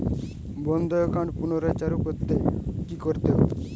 বন্ধ একাউন্ট পুনরায় চালু করতে কি করতে হবে?